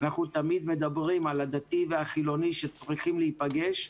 אנחנו תמיד מדברים על הדתי והחילוני שצריכים להיפגש.